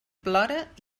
plora